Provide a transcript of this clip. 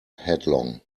headlong